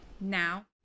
now